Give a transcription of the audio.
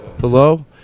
Hello